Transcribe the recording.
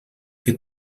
que